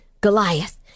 Goliath